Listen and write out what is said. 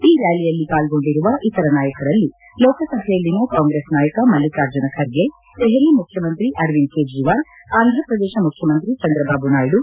ಈ ರ್ಕಾಲಿಯಲ್ಲಿ ಪಾಲ್ಗೊಂಡಿರುವ ಇತರ ನಾಯಕರಲ್ಲಿ ಲೋಕಸಭೆಯಲ್ಲಿನ ಕಾಂಗ್ರೆಸ್ ನಾಯಕ ಮಲ್ಲಿಕಾರ್ಜುನ ಖರ್ಗೆ ದೆಪಲಿ ಮುಖ್ಯಮಂತ್ರಿ ಅರವಿಂದ್ ಕೇಜ್ರಿವಾಲ್ ಅಂಧ್ರ ಪ್ರದೇಶ ಮುಖ್ಯಮಂತ್ರಿ ಚಂದ್ರಬಾಬು ನಾಯ್ಕು